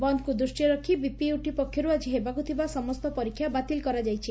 ବନ୍ଦକୁ ଦୃଷ୍କିରେ ରଖ୍ ବିପିୟୁଟି ପକ୍ଷରୁ ଆଜି ହେବାକୁ ଥିବା ସମସ୍ତ ପରୀକ୍ଷା ବାତିଲ କରାଯାଇଛି